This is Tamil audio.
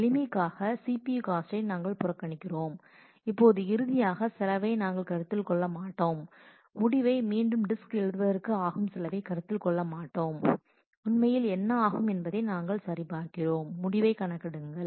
எளிமைக்காக CPU காஸ்ட்டை நாங்கள் புறக்கணிப்போம் இப்போது இறுதியாக செலவை நாங்கள் கருத்தில் கொள்ள மாட்டோம் முடிவை மீண்டும் டிஸ்க் எழுதுவதற்கு ஆகும் செலவை கருத்தில் கொள்ள மாட்டோம் உண்மையில் என்ன ஆகும் என்பதை நாங்கள் சரிபார்க்கிறோம் முடிவை கணக்கிடுங்கள்